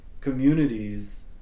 communities